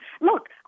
Look